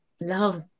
love